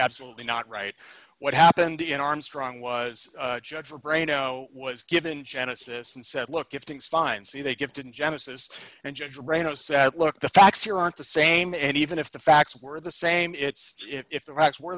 absolutely not right what happened in armstrong was judged her brain no was given genesis and said look if things fine see they give didn't genesis and judge rayno said look the facts here aren't the same and even if the facts were the same it's if the rocks were